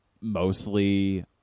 mostly